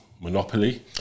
Monopoly